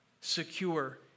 Secure